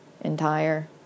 entire